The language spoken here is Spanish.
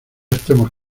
estemos